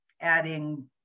adding